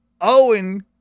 Owen